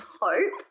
hope